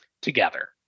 together